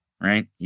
right